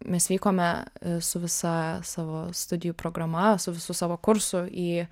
mes vykome su visa savo studijų programa su visu savo kursu į